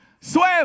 swim